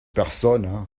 personne